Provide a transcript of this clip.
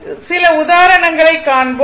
சில உதாரணங்களைக் காண்போம்